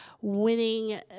winning